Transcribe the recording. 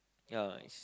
ya is